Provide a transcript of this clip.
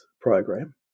program